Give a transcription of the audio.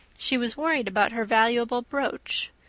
she was worried about her valuable brooch.